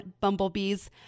bumblebees